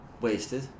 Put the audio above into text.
Wasted